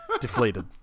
deflated